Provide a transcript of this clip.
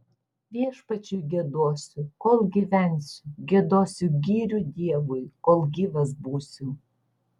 viešpačiui giedosiu kol gyvensiu giedosiu gyrių dievui kol gyvas būsiu